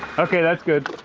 okay that's good,